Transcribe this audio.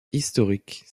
historique